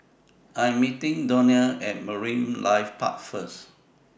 I Am meeting Donnell At Marine Life Park First